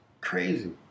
crazy